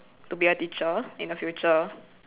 to be a teacher in the future